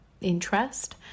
interest